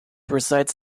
resides